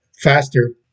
faster